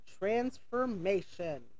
transformation